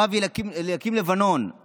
הרב אליקים לבנון,